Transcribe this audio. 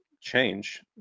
change